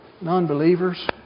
non-believers